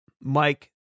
Mike